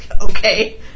Okay